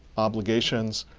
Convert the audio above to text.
obligations,